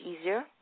easier